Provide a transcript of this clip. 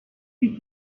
did